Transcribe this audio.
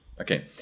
Okay